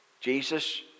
Jesus